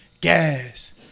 Gas